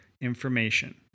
information